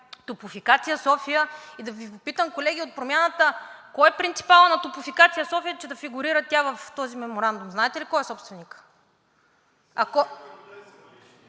„Топлофикация София“. Да Ви попитам, колеги от Промяната: кой е принципалът на „Топлофикация – София“, че да фигурира тя в този меморандум? Знаете ли кой е собственикът? (Шум